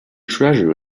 treasure